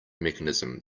mechanism